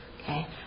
Okay